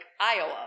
Iowa